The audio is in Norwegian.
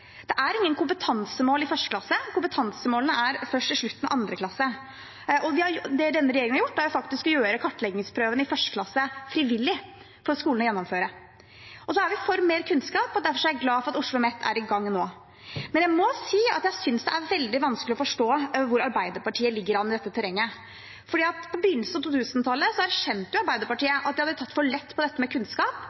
Det er ingen kompetansemål i 1. klasse, kompetansemål er det først i slutten av 2. klasse. Denne regjeringen har faktisk gjort kartleggingsprøvene i 1. klasse frivillig for skolen å gjennomføre. Vi er for mer kunnskap, og derfor er jeg glad for at Oslomet nå er i gang. Men jeg må si at jeg synes det er veldig vanskelig å forstå hvordan Arbeiderpartiet ligger an i dette terrenget, for på begynnelsen av 2000-tallet erkjente Arbeiderpartiet at de hadde tatt for lett på dette med kunnskap,